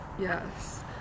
Yes